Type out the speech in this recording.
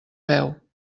veu